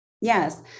Yes